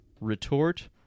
retort